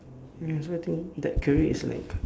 ya so I think that career is like